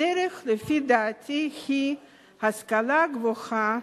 הדרך, לפי דעתי, היא השכלה גבוהה